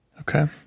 okay